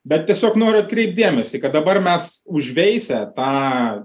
bet tiesiog noriu atkreipt dėmesį kad dabar mes užveisę tą